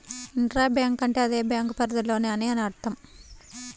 intra bank అంటే అదే bank పరిధిలో అని అర్థం